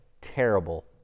terrible